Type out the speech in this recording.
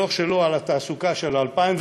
בדוח שלו על התעסוקה של 2010,